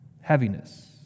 heaviness